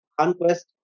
conquest